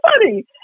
funny